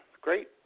great